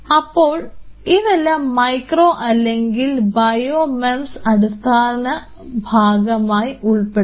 അപ്പോൾ ഇതെല്ലാം മൈക്രോ അല്ലെങ്കിൽ ബയോമെമസിൻറെ അടിസ്ഥാന ഭാഗമായി ഉൾപ്പെടും